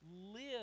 live